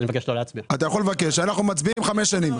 אתה יכול לבקש, אנחנו מצביעים חמש שנים.